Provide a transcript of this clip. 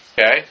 Okay